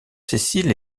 sessiles